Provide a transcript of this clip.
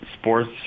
sports